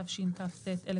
התשכ"ט 1969,"